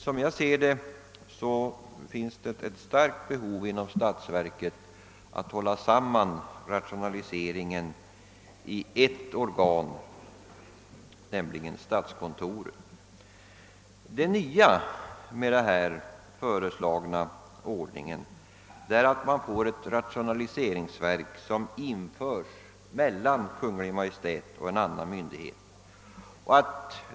Som jag ser det finns det ett stort behov inom statsförvaltningen att hålla samman rationaliseringen i ett organ, nämligen statskontoret. Det nya med den föreslagna anordningen är att man inför ett rationaliseringsverk som kommer att stå mellan Kungl. Maj:t och en annan myndighet.